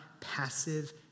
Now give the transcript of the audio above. passive